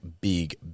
big